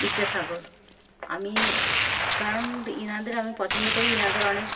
বিদ্যাসাগর আমি কারণ এনাদের আমি পছন্দ করি এনাদের অনেক